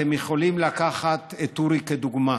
אתם יכולים לקחת את אורי כדוגמה.